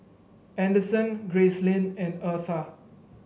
Anderson Gracelyn and Eartha